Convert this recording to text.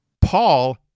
Paul